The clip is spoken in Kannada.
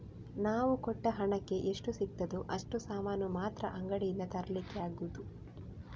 ನಾವು ಕೊಟ್ಟ ಹಣಕ್ಕೆ ಎಷ್ಟು ಸಿಗ್ತದೋ ಅಷ್ಟು ಸಾಮಾನು ಮಾತ್ರ ಅಂಗಡಿಯಿಂದ ತರ್ಲಿಕ್ಕೆ ಆಗುದು